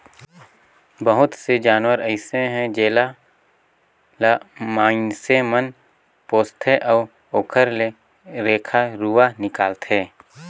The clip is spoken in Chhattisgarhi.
बहुत से जानवर अइसे हे जेला ल माइनसे मन पोसथे अउ ओखर ले रेखा रुवा निकालथे